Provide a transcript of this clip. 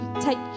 take